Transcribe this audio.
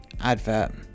advert